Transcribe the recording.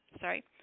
sorry